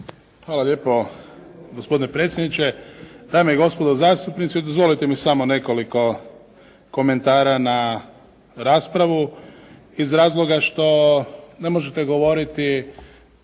Hvala lijepo gospodine predsjedniče, dame i gospodo zastupnici. Dozvolite mi samo nekoliko komentara na raspravu iz razloga što ne možete govoriti